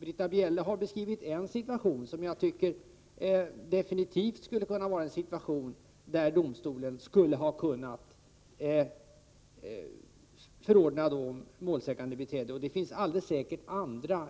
Britta Bjelle har beskrivit en situation som defintitivt skulle kunna vara en sådan där domstolen skulle kunnat förordna ett målsägandebiträde. Det finns alldeles säkert andra